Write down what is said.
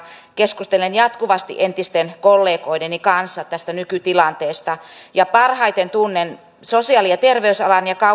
keskustelen jatkuvasti entisten kollegoideni kanssa tästä nykytilanteesta parhaiten tunnen sosiaali ja terveysalan ja